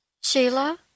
Sheila